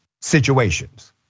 situations